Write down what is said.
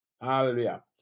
Hallelujah